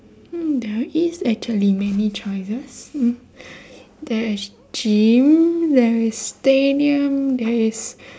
hmm there is actually many choices there is gym there is stadium there is